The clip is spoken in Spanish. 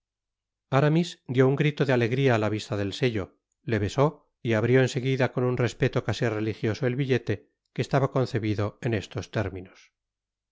aramis dió un grito de alegria á la vista del sello le besó y abrió en seguida con un respeto casi religioso el billete que estaba concebido en estos términos